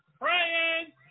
praying